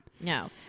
No